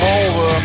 over